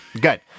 Good